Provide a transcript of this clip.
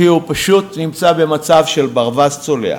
כי הוא פשוט נמצא במצב של ברווז צולע.